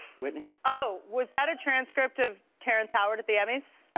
whitney? oh, without a transcript of terrence howard at the emmys?